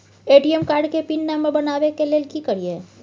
ATM card के pin number बनाबै के लेल की करिए?